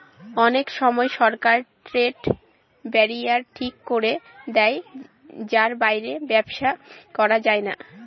অনেক সময় সরকার ট্রেড ব্যারিয়ার ঠিক করে দেয় যার বাইরে ব্যবসা করা যায় না